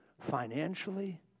financially